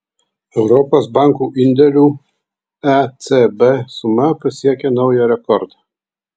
europos bankų indėlių ecb suma pasiekė naują rekordą